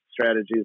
strategies